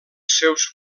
seus